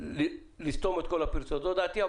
לסתום את כל הפרצות זו דעתי,